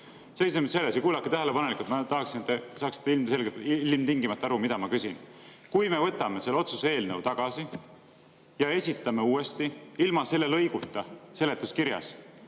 seisneb selles. Ja kuulake tähelepanelikult, ma tahaksin, et te saaksite ilmtingimata aru, mida ma küsin. Kui me võtame selle otsuse eelnõu tagasi ja esitame uuesti ilma selle lõiguta seletuskirjas,